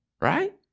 Right